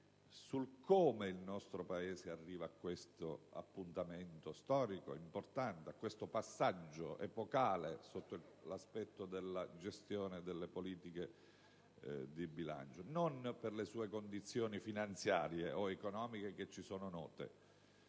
su come il nostro Paese arriva a questo appuntamento storico ed importante, a questo passaggio epocale sotto l'aspetto della gestione delle politiche di bilancio, non per le sue condizioni finanziarie o economiche - che ci sono note